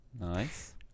Nice